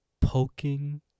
poking